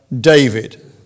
David